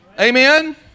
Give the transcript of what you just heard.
Amen